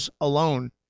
alone